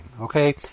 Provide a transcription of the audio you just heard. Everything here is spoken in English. Okay